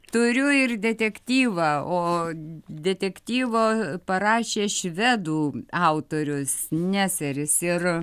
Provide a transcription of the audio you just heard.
turiu ir detektyvą o detektyvo parašė švedų autorius neseris ir